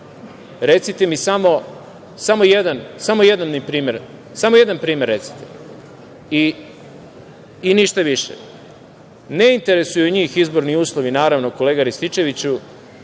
Recite mi samo jedan primer i ništa više. Ne interesuju njih izborni uslovi, naravno, kolega Rističeviću,